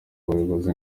abayobozi